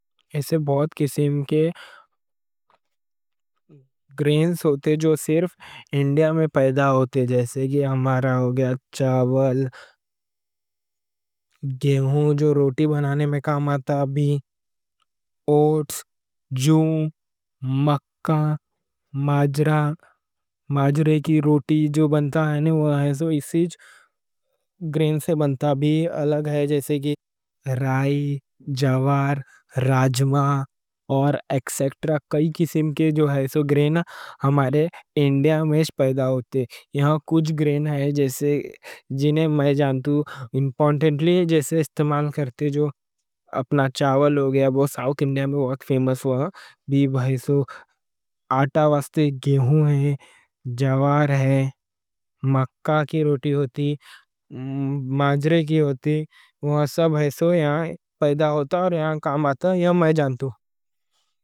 اسے بہت قسم کے گرینز ہوتے جو صرف انڈیا میں پیدا ہوتے۔ جیسے کہ ہمارا ہو گیا چاول، گیہوں، جو روٹی بنانے میں کام آتا۔ اوٹس، جَو، مکّا، باجرا؛ باجرے کی روٹی بنتی۔ اسی گرینز سے بنتا، اور الگ بھی ہے۔ جیسے کہ رائی، جوار، راجمہ، ایکسیکٹرا۔ کئی قسم کے گرینز ہیں جو ہمارے انڈیا میں پیدا ہوتے۔ یہاں کچھ گرینز ہیں، جیسے جنہیں میں جانتو، امپورٹنٹلی، جیسے استعمال کرتے۔ جو اپنا چاول ہو گیا وہ ساوتھ انڈیا میں بہت فیمس، وہاں بھی بھائی۔ جیسے کہ اوٹس، جَو، مکّا، باجرا۔ مکّا آٹا واسطے، گیہوں ہے، جوار ہے۔ مکّا کی روٹی ہوتی، باجرے کی ہوتی۔ یہاں پیدا ہوتا اور یہاں کام آتا، یہاں میں جانتو۔